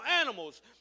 animals